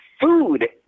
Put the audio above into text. food